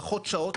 פחות שעות,